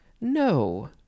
No